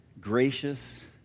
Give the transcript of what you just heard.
gracious